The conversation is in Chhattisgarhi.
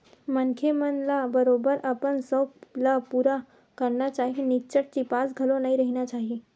मनखे मन ल बरोबर अपन सउख ल पुरा करना चाही निच्चट चिपास घलो नइ रहिना चाही